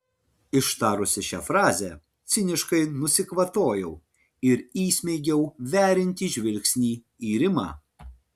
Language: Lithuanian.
ištarusi šią frazę ciniškai nusikvatojau ir įsmeigiau veriantį žvilgsnį į rimą